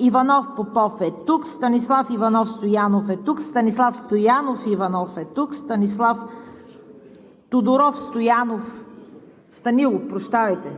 Иванов Попов - тук Станислав Иванов Стоянов - тук Станислав Стоянов Иванов - тук Станислав Тодоров Станилов - тук